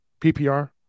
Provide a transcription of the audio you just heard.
PPR